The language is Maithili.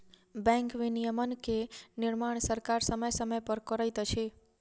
बैंक विनियमन के निर्माण सरकार समय समय पर करैत अछि